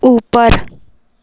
ऊपर